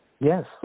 Yes